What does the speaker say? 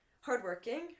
hardworking